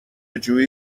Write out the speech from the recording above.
جویی